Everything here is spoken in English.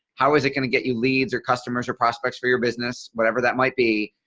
how is it going to get you leads or customers or prospects for your business whatever that might be?